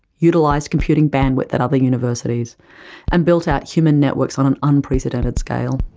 utilised computing bandwidth at other universities and built out human networks on an unprecedented scale.